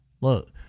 look